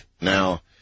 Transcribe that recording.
Now